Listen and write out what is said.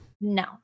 No